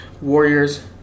warrior's